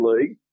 league